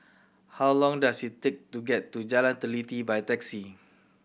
how long does it take to get to Jalan Teliti by taxi